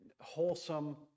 wholesome